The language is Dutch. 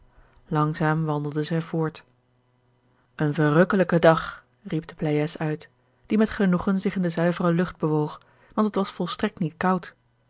langzaam wandelden zij voort een verrukkelijke dag riep de pleyes uit die met genoegen zich in de zuivere lucht bewoog want het was volstrekt niet koud